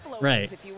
Right